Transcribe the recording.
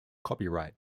copyright